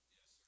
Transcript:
Yes